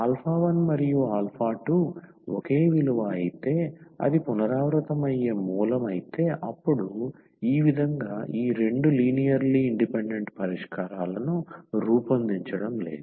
1 మరియు 2 ఒకే విలువ అయితే అది పునరావృతమయ్యే మూలం అయితే అప్పుడు ఈ విధంగా ఈ రెండు లీనియర్లీ ఇండిపెండెంట్ పరిష్కారాలను రూపొందించడం లేదు